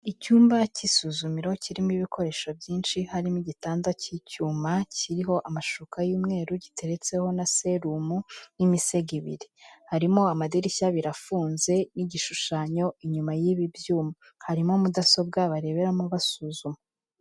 Icyumba cy'isuzumiro kirimo ibikoresho byinshi, harimo igitanda cy'icyuma kiriho amashuka y'umweru giteretseho na serumu n'imisego ibiri. Harimo amadirishya abiri afunze n'igishushanyo inyuma y'ibi byuma. Harimo mudasobwa bareberamo basuzuma.